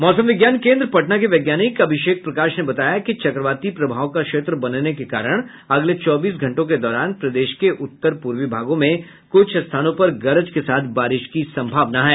मौसम विज्ञान केन्द्र पटना के वैज्ञानिक अभिषेक प्रकाश ने बताया कि चक्रवाती प्रभाव का क्षेत्र बनने के कारण अगले चौबीस घंटों के दौरान प्रदेश के उत्तर पूर्वी भागों में कुछ स्थानों पर गरज के साथ बारिश की सम्भावना है